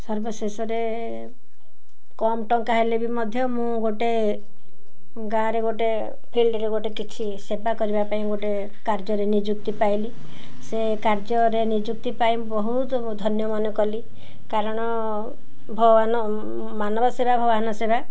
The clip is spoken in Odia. ସର୍ବଶେଷରେ କମ୍ ଟଙ୍କା ହେଲେ ବି ମଧ୍ୟ ମୁଁ ଗୋଟେ ଗାଁରେ ଗୋଟେ ଫିଲ୍ଡରେ ଗୋଟେ କିଛି ସେବା କରିବା ପାଇଁ ଗୋଟେ କାର୍ଯ୍ୟରେ ନିଯୁକ୍ତି ପାଇଲି ସେ କାର୍ଯ୍ୟରେ ନିଯୁକ୍ତି ପାଇ ବହୁତ ଧନ୍ୟମନେ କଲି କାରଣ ଭଗବାନ ମାନବ ସେବା ଭଗବାନ ସେବା